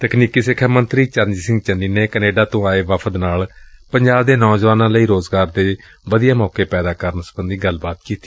ਤਕਨੀਕੀ ਸੱਖਿਆ ਮੰਤਰੀ ਚਰਨਜੀਤ ਸਿੰਘ ਚੰਨੀ ਨੇ ਕੈਨੇਡਾ ਤੋਂ ਆਏ ਵਫਦ ਨਾਲ ਪੰਜਾਬ ਦੇ ਨੌਜੁਆਨਾਂ ਲਈ ਰੋਜ਼ਗਾਰ ਦੇ ਵਧੀਆ ਮੌਕੇ ਪੈਦਾ ਕਰਨ ਬਾਰੇ ਗੱਲਬਾਤ ਕੀਤੀ